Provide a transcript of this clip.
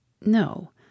No